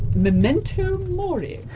memento mori.